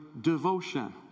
devotion